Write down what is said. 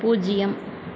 பூஜ்ஜியம்